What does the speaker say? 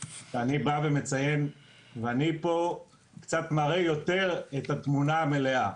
ואני פה קצת מראה יותר את התמונה המלאה.